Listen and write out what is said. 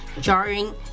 jarring